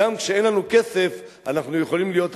גם כשאין לנו כסף אנחנו יכולים להיות עשירים,